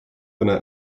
duine